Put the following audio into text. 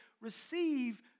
receive